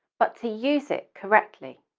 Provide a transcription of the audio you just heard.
but to use it correctly.